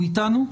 הוא איתנו?